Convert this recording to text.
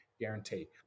guarantee